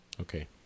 okay